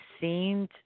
seemed